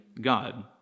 God